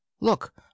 Look